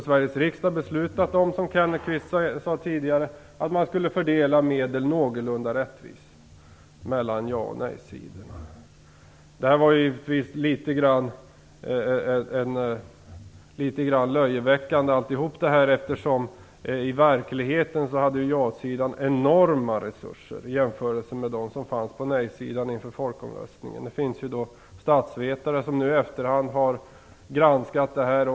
Sveriges riksdag hade också beslutat om att man skulle fördela medel någorlunda rättvist mellan jaoch nej-sidan, som Kenneth Kvist sade tidigare. Detta var givetvis litet grand löjeväckande alltihop eftersom ja-sidan i verkligheten hade enorma resurser jämfört med dem som fanns på nej-sidan inför folkomröstningen. Det finns statsvetare som i efterhand har granskat detta.